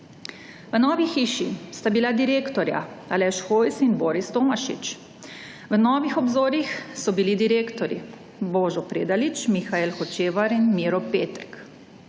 V Novi hiši sta bila direktorja Aleš Hojs in Boris Tomašič. Na Novih obzorjih so bili direktorji: Božo Predalič, Mihael Hočevar in Miro Petek.